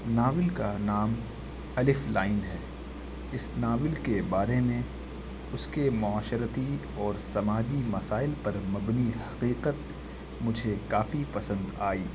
novel کا نام الف لائن ہے اس ناول کے بارے میں اس کے معاشرتی اور سماجی مسائل پر مبنی حقیقت مجھے کافی پسند آئی